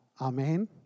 Amen